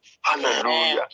hallelujah